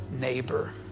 neighbor